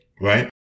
right